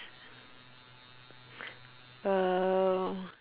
uh